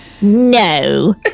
No